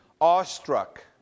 awestruck